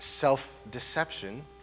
self-deception